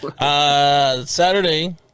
Saturday